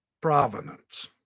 provenance